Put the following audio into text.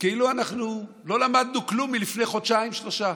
וכאילו אנחנו לא למדנו כלום מלפני חודשיים-שלושה.